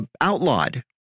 outlawed